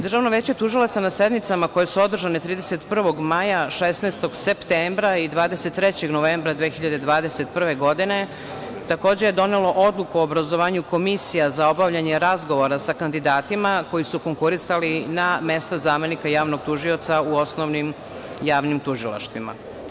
Državno veće tužilaca na sednicama koje su održane 31. maja, 16. septembra i 23. novembra 2021. godine, takođe je donelo Odluku o obrazovanju komisija za obavljanje razgovora sa kandidatima, koji su konkurisali na mesta zamenika javnog tužioca u osnovnim javnim tužilaštvima.